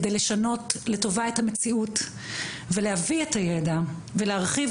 כדי לשנות לטובה את המציאות ולהביא את הידע ולהרחיב